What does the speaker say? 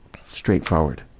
straightforward